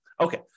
Okay